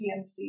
PMC